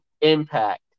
Impact